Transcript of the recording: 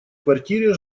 квартире